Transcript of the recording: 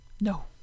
No